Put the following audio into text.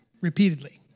repeatedly